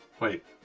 Wait